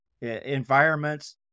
environments